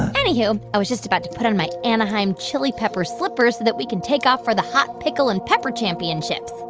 anywho, i was just about to put on my anaheim chili pepper slippers so that we can take off for the hot pickle and pepper championships.